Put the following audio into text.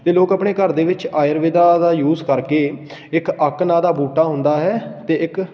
ਅਤੇ ਲੋਕ ਆਪਣੇ ਘਰ ਦੇ ਵਿੱਚ ਆਯੁਰਵੇਦਾ ਦਾ ਯੂਸ ਕਰਕੇ ਇੱਕ ਅੱਕ ਨਾਂ ਦਾ ਬੂਟਾ ਹੁੰਦਾ ਹੈ ਅਤੇ ਇੱਕ